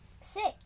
Six